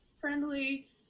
friendly